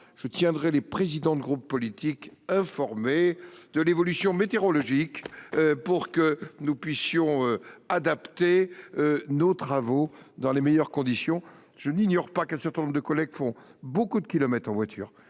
je tiendrai les présidents de groupe politique informés de l'évolution « météorologique », pour que nous puissions adapter nos travaux dans les meilleures conditions. Je n'ignore pas qu'un certain nombre de collègues parcourent de nombreux kilomètres en voiture